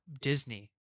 Disney